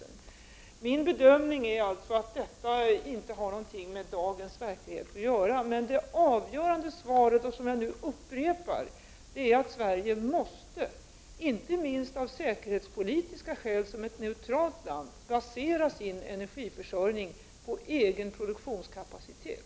Min bedömning är alltså att det inte har någonting med dagens verklighet att göra. Men det avgörande svaret, som jag nu upprepar, är att Sverige, inte minst av säkerhetspolitiska skäl som ett neutralt land måste basera sin energiförsörjning på egen produktionskapacitet.